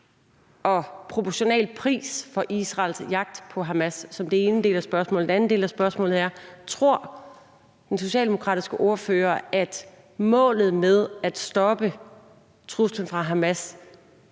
og proportional pris for Israels jagt på Hamas? Det er den ene del af spørgsmålet. Den anden del af spørgsmålet er: Tror den socialdemokratiske ordfører, at målet med at stoppe truslen fra Hamas